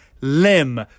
limb